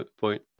point